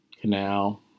canal